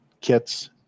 kits